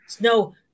No